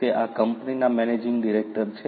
તે આ કંપનીના મેનેજિંગ ડિરેક્ટર છે